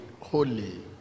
holy